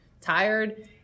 tired